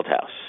House